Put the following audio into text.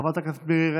חברת הכנסת מירי רגב,